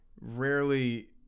rarely